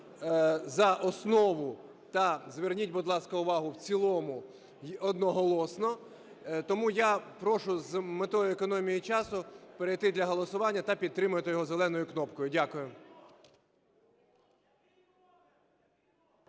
за основу та, зверніть, будь ласка, увагу, в цілому й одноголосно. Тому я прошу з метою економії часу перейти до голосування та підтримати його "зеленою" кнопкою. Дякую.